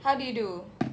how did you do